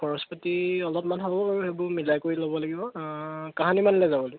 খৰচ পাতি অলপমান হ'ব বাৰু সেইবোৰ মিলাই কৰি ল'ব লাগিব কাহানি মানে যাব লাগিব